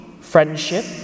friendship